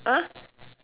!huh!